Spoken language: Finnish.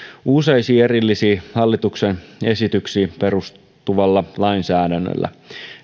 useisiin erillisiin hallituksen esityksiin perustuvalla lainsäädännöllä